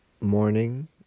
Morning